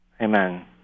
Amen